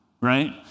right